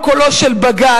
הקול הוא קולו של בג"ץ,